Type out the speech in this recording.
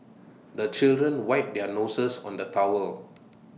the children wipe their noses on the towel